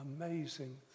amazing